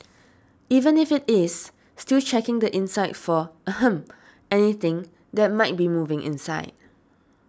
even if it is still check the inside for ahem anything that might be moving inside